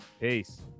peace